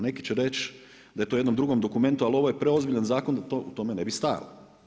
Neki će reći da je to u jednom drugom dokumentu, ali ovo je preozbiljan zakon da to u tome ne bi stajalo.